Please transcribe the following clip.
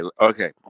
okay